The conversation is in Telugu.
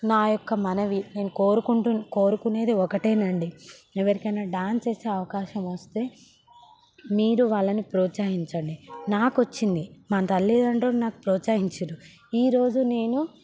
నా యొక్క మనవి నేను కోరుకుంటు కోరుకునేది ఒకటేనండి ఎవరికైనా డాన్స్ వేసే అవకాశం వస్తే మీరు వాళ్ళని ప్రోత్సహించండి నాకు వచ్చింది నా తల్లిదండ్రులు నాకు ప్రోత్సహించుండ్రు ఈరోజు నేను